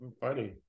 funny